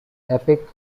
epic